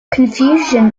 confusion